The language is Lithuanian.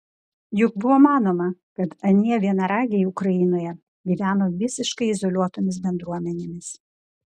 juk buvo manoma kad anie vienaragiai ukrainoje gyveno visiškai izoliuotomis bendruomenėmis